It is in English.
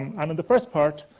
and in the first part,